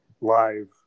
live